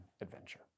adventure